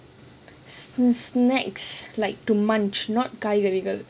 snacks like to munch not காய்கறி:kaaikari